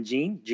Gene